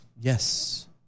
Yes